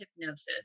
hypnosis